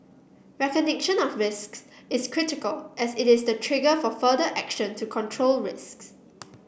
recognition of risks is critical as it is the trigger for further action to control risks